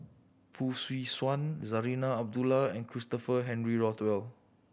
Fong Swee Suan Zarinah Abdullah and Christopher Henry Rothwell